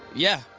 yeah.